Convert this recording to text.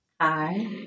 Hi